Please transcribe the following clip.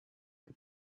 and